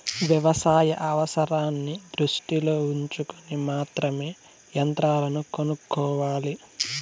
వ్యవసాయ అవసరాన్ని దృష్టిలో ఉంచుకొని మాత్రమే యంత్రాలను కొనుక్కోవాలి